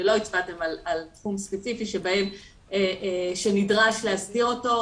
ולא הצבעתם על תחום ספציפי שנדרש להסדיר אותו,